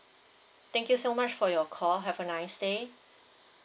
thank you so much for your call have a nice day